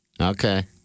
Okay